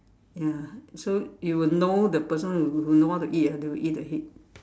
ya so you will know the person who know how to eat ah they will eat the head